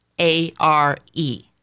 A-R-E